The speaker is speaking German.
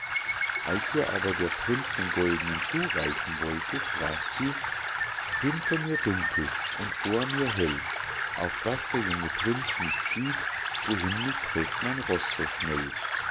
als ihr aber der prinz den goldnen schuh reichen wollte sprach sie hinter mir dunkel und vor mir hell auf daß der junge prinz nicht sieht wohin mich trägt mein roß so schnell